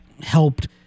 helped